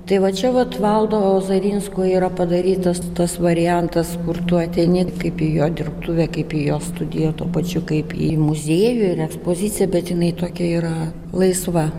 tai va čia vat valdo ozarinsko yra padarytas tas variantas kur tu ateni kaip į jo dirbtuvę kaip į jo studiją tuo pačiu kaip į muziejų ir ekspoziciją bet jinai tokia yra laisva